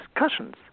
discussions